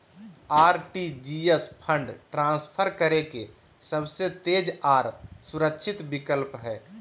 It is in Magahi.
आर.टी.जी.एस फंड ट्रांसफर करे के सबसे तेज आर सुरक्षित विकल्प हय